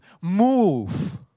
Move